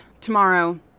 tomorrow